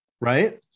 right